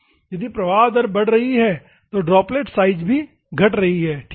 यदि प्रवाह दर बढ़ रही है तो ड्रॉपलेट साइज भी घट रही है ठीक है